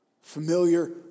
Familiar